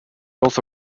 also